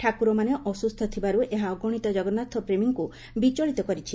ଠାକୁରମାନେ ଅସୁସ୍ଚ ଥିବାରୁ ଏହା ଅଗଣିତ ଜଗନ୍ନାଥପ୍ରେମୀଙ୍କୁ ବିଚଳିତ କରିଛି